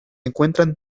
encuentran